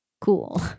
cool